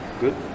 Good